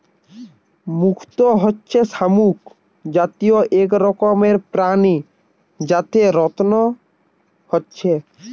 মুক্ত হচ্ছে শামুক জাতীয় এক রকমের প্রাণী যাতে রত্ন হচ্ছে